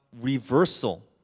reversal